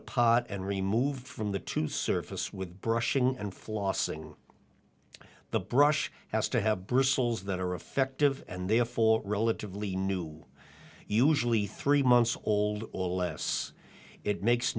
apart and removed from the to surface with brushing and flossing the brush has to have bristles that are effective and therefore relatively new usually three months old or less it makes